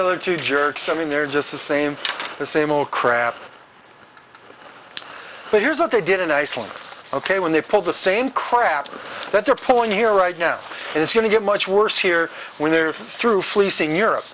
other two jerks i mean they're just the same the same old crap but here's what they did in iceland ok when they pull the same crap that the point here right now is going to get much worse here when they're through fleecing europe